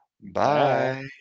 Bye